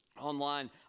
online